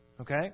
Okay